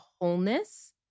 wholeness